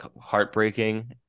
heartbreaking